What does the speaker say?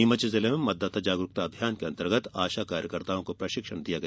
नीमच जिले में मतदाता जागरुकता अभियान के अंतर्गत आशा कार्यकर्ताओं को प्रशिक्षण दिया गया